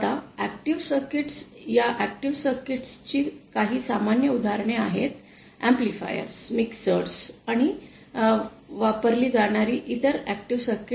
आता active circuits या active circuits ची काही सामान्य उदाहरणे आहेत एम्प्लीफायर्स मिक्सर amplifiers mixers आणि वापरली जाणारी इतर ऐक्टिव सर्किट